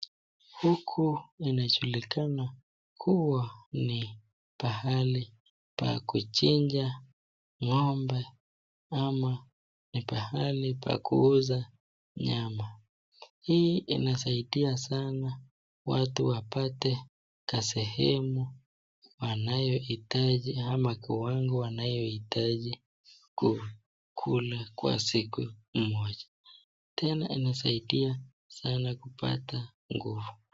Huku inajulikana kuwa ni pahali pa kujinja ngombe ama pahali pa kuuza nyama. Hii inasaidia sana watu wapate kasehemu wanayoitaji ama kiwango wanayoitaji kukula kwa siku moja. Tena anasaidia sana kupata nguvu.